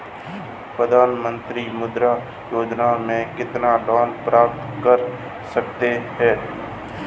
प्रधानमंत्री मुद्रा योजना में कितना लोंन प्राप्त कर सकते हैं?